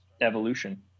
evolution